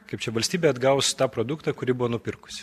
kaip čia valstybė atgaus tą produktą kurį buvo nupirkusi